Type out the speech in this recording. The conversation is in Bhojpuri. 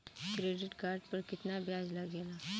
क्रेडिट कार्ड पर कितना ब्याज लगेला?